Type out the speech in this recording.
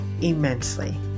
immensely